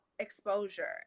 Exposure